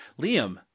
Liam